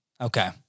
okay